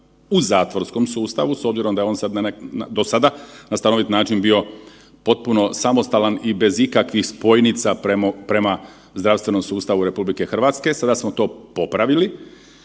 u zatvorskom sustavu s obzirom da je on sad na neki, do sada na stanovit način bio potpuno samostalan i bez ikakvih spojnica prema zdravstvenom sustavu RH, sada smo to popravili.